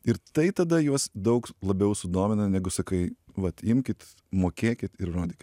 ir tai tada juos daug labiau sudomina negu sakai vat imkit mokėkit ir rodykit